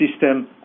system